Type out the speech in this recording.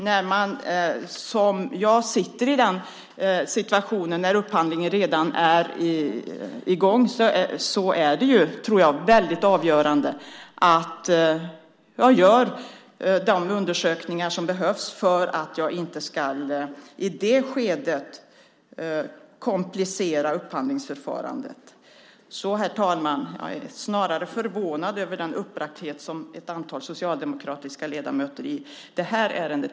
När man som jag sitter i den situationen att upphandlingen redan är i gång är det naturligtvis väldigt avgörande att jag gör de undersökningar som behövs för att inte i det skedet komplicera upphandlingsförfarandet. Jag är därför, herr talman, förvånad över den uppbragdhet som ett antal socialdemokratiska ledamöter visar i det här ärendet.